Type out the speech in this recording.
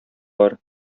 бар